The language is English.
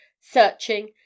searching